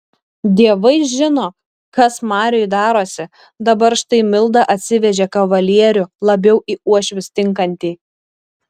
dievai žino kas mariui darosi dabar štai milda atsivežė kavalierių labiau į uošvius tinkantį